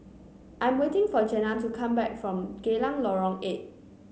I'm waiting for Jenna to come back from Geylang Lorong Eight